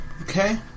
Okay